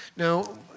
Now